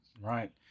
Right